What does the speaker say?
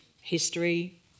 history